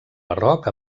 barroc